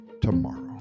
tomorrow